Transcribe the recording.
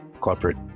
corporate